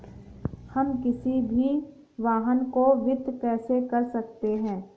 हम किसी भी वाहन को वित्त कैसे कर सकते हैं?